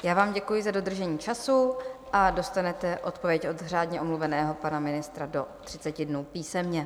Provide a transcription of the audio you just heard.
Já vám děkuji za dodržení času a dostanete odpověď od řádně omluveného pana ministra do 30 dnů písemně.